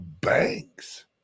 banks